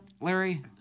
Larry